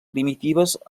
primitives